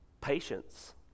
patience